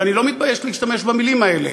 ואני לא מתבייש להשתמש במילים האלה.